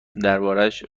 دربارهاش